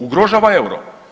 Ugrožava euro.